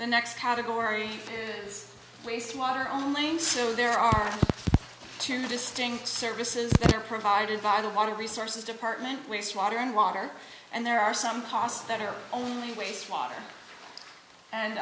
the next category is wastewater online so there are two distinct services are provided by the water resources department waste water and water and there are some costs that are only waste water and